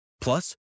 Plus